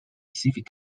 civic